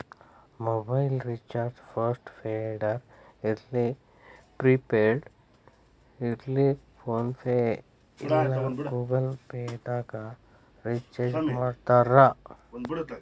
mobile recharge post ಪೇಡರ ಇರ್ಲಿ prepaid ಇರ್ಲಿ ಫೋನ್ಪೇ ಇಲ್ಲಾ ಗೂಗಲ್ ಪೇದಾಗ್ ರಿಚಾರ್ಜ್ಮಾಡ್ತಾರ